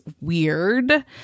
weird